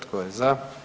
Tko je za?